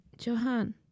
johan